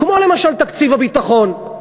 כמו למשל תקציב הביטחון.